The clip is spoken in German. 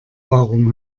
warum